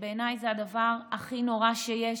שבעיניי זה הדבר הכי נורא שיש,